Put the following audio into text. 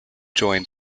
joined